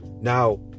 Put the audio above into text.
now